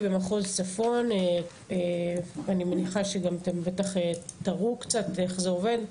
אני מניחה שאתם גם תראו קצת איך זה עובד.